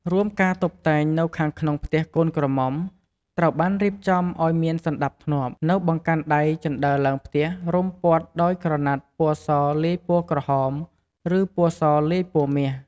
រួមការតុបតែងនៅខាងក្នុងផ្ទះកូនក្រមុំ ត្រូវបានរៀបចំអោយមានសណ្តាប់ធ្នាប់ នៅបង្កាន់ដៃជណ្តើរឡើងផ្ទះរំព័ន្ធដោយក្រណាត់ពណ៌សលាយពណ៌ក្រហម ឬ ពណ៌សលាយពណ៌មាស។